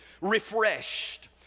refreshed